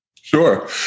sure